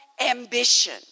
ambition